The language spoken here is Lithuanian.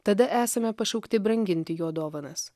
tada esame pašaukti branginti jo dovanas